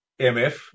MF